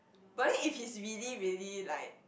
but then if he's really really like